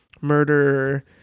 murder